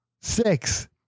six